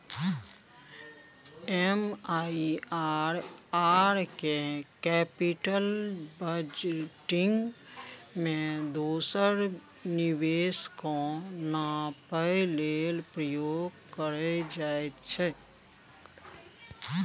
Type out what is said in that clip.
MIRR केँ capital budgeting मे दोसर निबेश केँ नापय लेल प्रयोग कएल जाइत छै